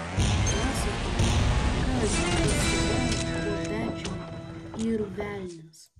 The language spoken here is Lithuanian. pasakoja kad pas tave po pečiumi yr velnias